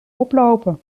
oplopen